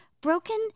broken